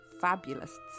fabulists